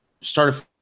started